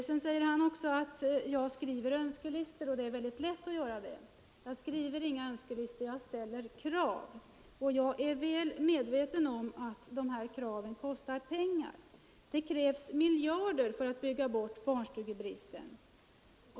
Vidare säger herr Karlsson i Huskvarna att jag skriver önskelistor och att det är mycket lätt att göra sådana. Jag skriver inga önskelistor — jag ställer krav. Och jag är väl medveten om att genomförandet av dessa krav kostar pengar. Det åtgår miljarder för att bygga bort barnstugebristen.